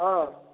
ହଁ